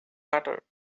matter